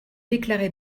déclarée